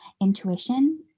intuition